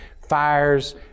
fires